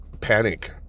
panic